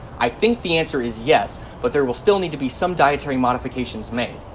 i think the answer is yes but there will still need to be some dietary modifications made.